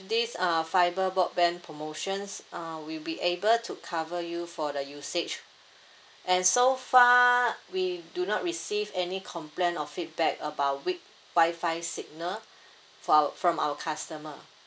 this uh fibre broadband promotions uh we'll be able to cover you for the usage and so far we do not receive any complaint or feedback about weak wi-fi signal for our from our customer